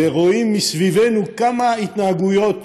ורואים מסביבנו כמה התנהגויות